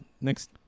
next